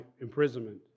imprisonment